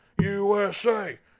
USA